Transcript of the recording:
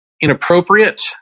inappropriate